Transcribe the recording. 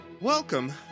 Welcome